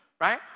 right